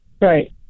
Right